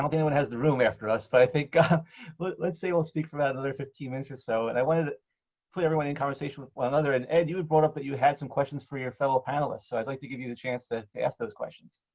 um anyone has the room after us. but let's let's say we'll speak for about another fifteen minutes or so. and i wanted to put everyone in conversation with one another. and ed, you had brought up that you had some questions for your fellow panelists. so i'd like to give you the chance to ask those questions.